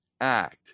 act